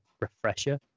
refresher